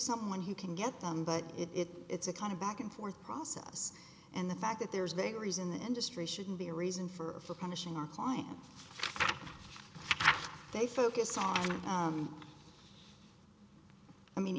someone who can get them but it it's a kind of back and forth process and the fact that there's vagaries in the industry shouldn't be a reason for punishing our clients they focus on i mean